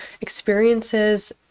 experiences